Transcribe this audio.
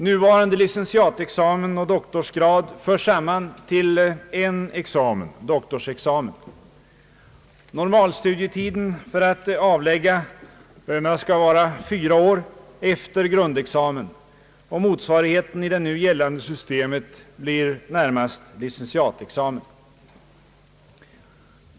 Nuvarande licentiatexamen och doktorsgrad förs samman till en examen, doktorsexamen. Normalstudietiden för att avlägga denna skall vara fyra år efter grundexamen. Motsvarigheten i det nu gällande systemet är närmast licentiatexamen.